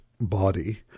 Body